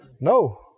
No